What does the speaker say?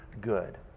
good